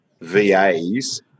VAs